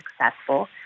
successful